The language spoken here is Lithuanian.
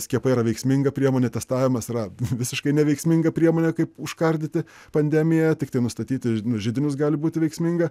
skiepai yra veiksminga priemonė testavimas yra visiškai neveiksminga priemonė kaip užkardyti pandemiją tiktai nustatyti židinius gali būti veiksminga